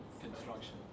Construction